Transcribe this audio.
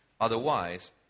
Otherwise